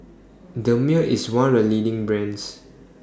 Dermale IS one of The leading brands